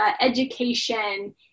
education